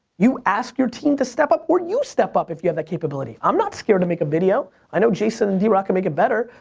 you ask your team to step up, or you step up if you have that capability. i'm not scared to make a video. i know jason and drock can make it better,